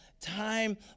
time